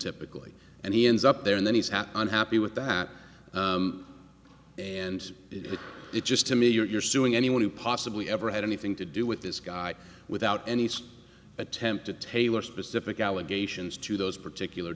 typically and he ends up there and then he's happy unhappy with that and it just to me you're suing anyone who possibly ever had anything to do with this guy without any attempt to tailor specific allegations to those particular